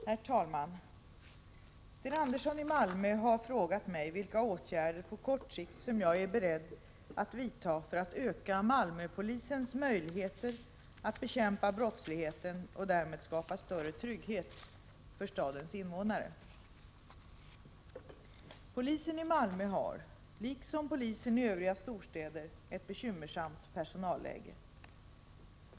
Herr talman! Sten Andersson i Malmö har frågat mig vilka åtgärder på kort sikt som jag är beredd att vidta för att öka Malmöpolisens möjligheter att bekämpa brottsligheten och därmed skapa större trygghet för stadens invånare. Polisen i Malmö har, liksom polisen i övriga storstäder, ett bekymmersamt personalläge.